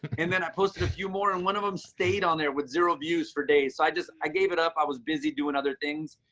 and then i posted a few more and one of them stayed on there with zero views for days. so i just, i gave it up. i was busy doing other things.